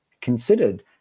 considered